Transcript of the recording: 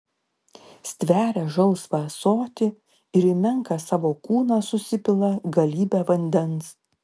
stveria žalsvą ąsotį ir į menką savo kūną susipila galybę vandens